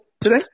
today